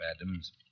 Adams